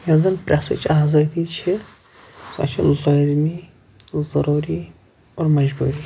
یۄس زَن پرٛیسٕچ آزٲدی چھِ سۄ چھِ لٲزمی ضٔروٗری اور مجبوٗری